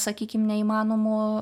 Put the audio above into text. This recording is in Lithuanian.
sakykim neįmanomų